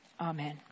Amen